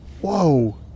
Whoa